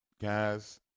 guys